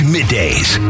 Middays